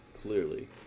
Clearly